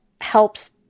helps